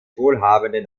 wohlhabenden